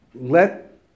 let